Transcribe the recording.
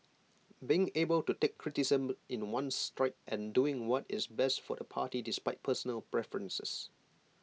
being able to take criticism in one's stride and doing what is best for the party despite personal preferences